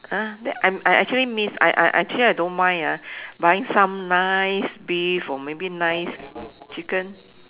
!huh! that I'm I actually miss I I I actually I don't mind ah buying some nice beef or maybe nice chicken